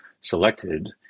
selected